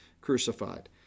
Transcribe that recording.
crucified